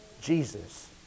Jesus